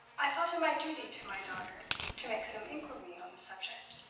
i felt it my duty to my daughter to make some inquiry on the subject.